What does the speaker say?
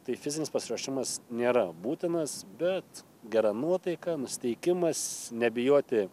tai fizinis pasiruošimas nėra būtinas bet gera nuotaika nusiteikimas nebijoti